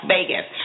Vegas